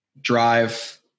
drive